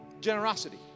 generosity